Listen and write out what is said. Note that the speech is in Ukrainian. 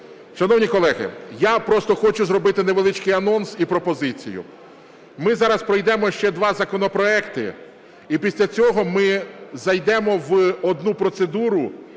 Шановні колеги, я просто хочу зробити невеличкий анонс і пропозицію. Ми зараз пройдемо ще два законопроекти і після цього ми зайдемо в одну процедуру,